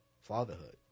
fatherhood